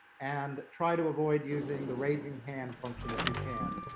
and try to avoid using the raising hand function, if you can.